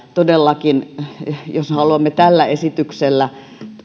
todellakin haluammeko tällä esityksellä